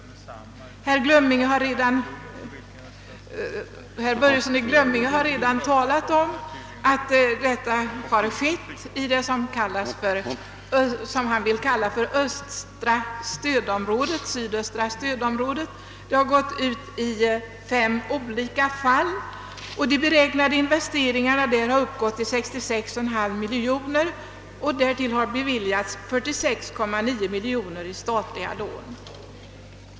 Herr Börjesson i Glömminge har redan talat om att detta har skett i vad han vill kalla sydöstra stödområdet. Stöd har utgått i fem olika fall, och de beräknade investeringarna där har uppgått till 66,5 miljoner kronor, av vilken summa 46,9 miljoner beviljats i statliga lån.